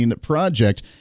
Project